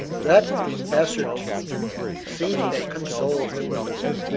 that assertion seemed to console him a little,